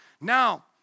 Now